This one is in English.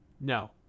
No